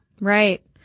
Right